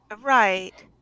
Right